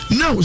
no